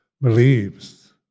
believes